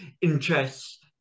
interests